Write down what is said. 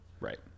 right